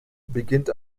beginnt